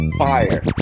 fire